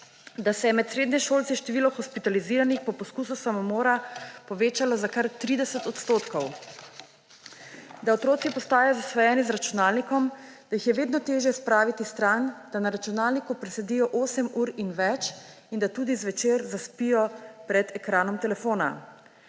da se je med srednješolci število hospitaliziranih po poskusu samomora povečalo za kar 30 odstotkov, da otroci postajajo zasvojeni z računalnikom, da jih je vedno težje spraviti stran, da na računalniku presedijo osem ur in več in da tudi zvečer zaspijo pred ekranom telefona;